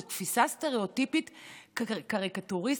זה תפיסה סטריאוטיפית קריקטוריסטית.